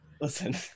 Listen